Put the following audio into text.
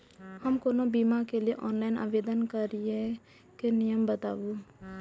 हम कोनो बीमा के लिए ऑनलाइन आवेदन करीके नियम बाताबू?